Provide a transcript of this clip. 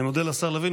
אני מודה לשר לוין,